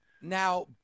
Now